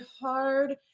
hard